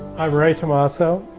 i'm ray tomasso,